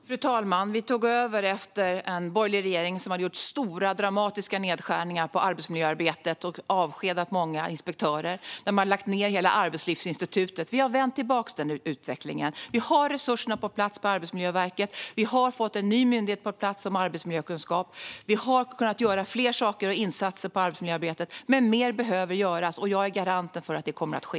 Fru talman! Vi tog över efter en borgerlig regering som hade gjort stora, dramatiska nedskärningar på arbetsmiljöarbetet, avskedat många inspektörer och lagt ned hela Arbetslivsinstitutet. Vi har vänt denna utveckling. Vi har resurserna på plats på Arbetsmiljöverket, vi har fått en ny myndighet på plats som har arbetsmiljökunskap och vi har kunnat göra fler saker och insatser på arbetsmarknaden. Men mer behöver göras, och jag är garanten för att detta kommer att ske.